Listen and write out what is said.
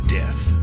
death